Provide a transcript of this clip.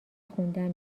خوندن